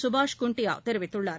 சுபாஷ் குந்டியாதெரிவித்துள்ளார்